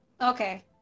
okay